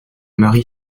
mari